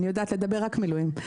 אני יודעת לדבר רק מילואים.